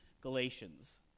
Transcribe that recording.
Galatians